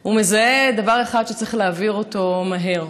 הוא מזהה דבר אחד שצריך להעביר אותו מהר,